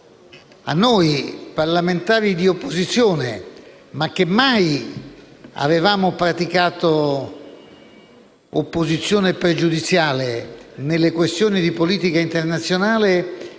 noi parlamentari di opposizione, che mai avevamo praticato opposizione pregiudiziale sulle questioni di politica internazionale,